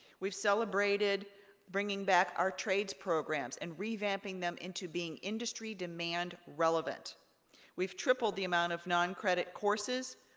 we've celebrated bringing back our trades programs, and revamping them into being industry demand-relevant. we've tripled the amount of non-credit courses,